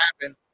happen